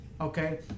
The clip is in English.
Okay